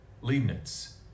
Leibniz